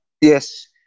yes